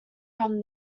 from